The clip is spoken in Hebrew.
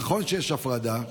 נכון שיש הפרדה,